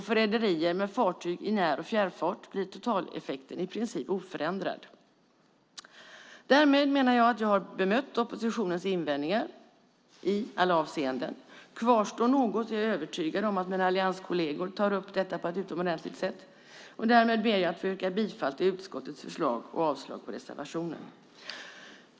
För rederier med fartyg i när och fjärrfart blir totaleffekten i princip oförändrad. Därmed menar jag att jag har bemött oppositionens invändningar i alla avseenden. Kvarstår något är jag övertygad om att mina allianskolleger tar upp detta på ett utomordentligt sätt. Därmed ber jag att få yrka bifall till utskottets förslag och avslag på reservationen.